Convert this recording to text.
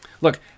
Look